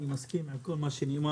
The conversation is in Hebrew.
אני מסכים עם כל מה שנאמר,